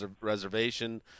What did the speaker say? reservation